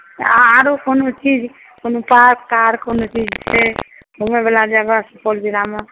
आरो कोनो चीज कोनो पार्क तार्क कोनो चीज घुमए वला जगह सुपौल जिलामे